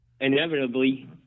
inevitably